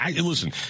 Listen